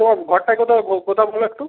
তোমার ঘরটা কোথা কোথা বলো একটু